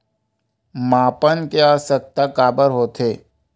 मापन के आवश्कता काबर होथे?